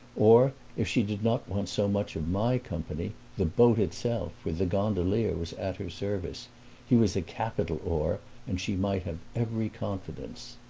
or if she did not want so much of my company the boat itself, with the gondolier, was at her service he was a capital oar and she might have every confidence.